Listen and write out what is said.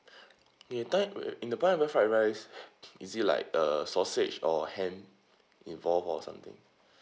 in the pine~ in the pineapple fried rice is it like uh sausage or ham involved or something